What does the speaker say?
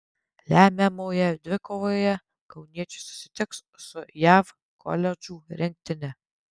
lemiamoje dvikovoje kauniečiai susitiks su jav koledžų rinktine